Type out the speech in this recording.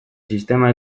sistema